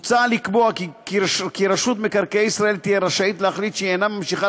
מוצע לקבוע כי רשות מקרקעי ישראל תהיה רשאית להחליט שהיא אינה ממשיכה